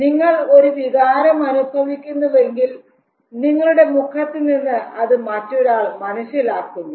നിങ്ങൾ ഒരു വികാരം അനുഭവിക്കുന്നുവെങ്കിൽ നിങ്ങളുടെ മുഖത്ത് നിന്ന് അത് മറ്റൊരാൾ മനസ്സിലാക്കുന്നു